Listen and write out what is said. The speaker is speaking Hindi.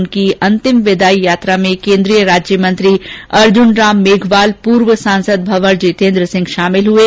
उनकी अंतिम विदाई यात्रा में केन्द्रीय राज्यमंत्री अर्जुन मेघवाल पूर्व सांसद भंवर जितेन्द्रसिंह शामिल हये